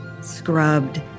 scrubbed